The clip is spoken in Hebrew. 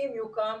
אם תוקם,